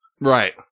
Right